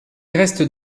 reste